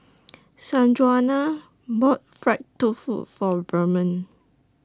Sanjuana bought Fried Tofu For Vernon